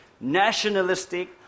nationalistic